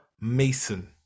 Mason